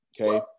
Okay